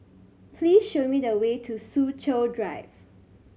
please show me the way to Soo Chow Drive